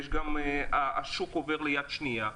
השוק עובר ליד שנייה,